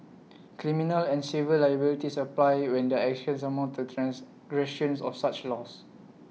criminal and civil liabilities apply when their actions amount to transgressions of such laws